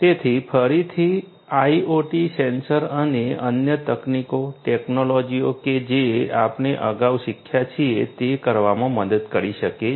તેથી ફરીથી IoT sensor અને અન્ય તકનીકો ટેક્નોલોજીઓ કે જે આપણે અગાઉ શીખ્યા છીએ તે કરવામાં મદદ કરી શકે છે